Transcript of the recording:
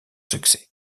succès